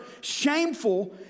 shameful